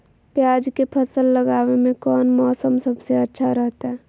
प्याज के फसल लगावे में कौन मौसम सबसे अच्छा रहतय?